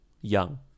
young